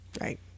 Right